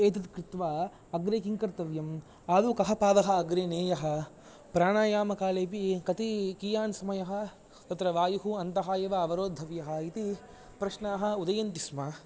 एतत् कृत्वा अग्रे किं कर्तव्यम् आदुकः पादः अग्रे नेयः प्राणायामकाले अपि कति कियान् समयः तत्र वायुः अन्तः एव अवरोधव्यः इति प्रश्नाः उदयन्ति स्म